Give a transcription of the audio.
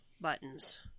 buttons